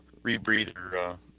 rebreather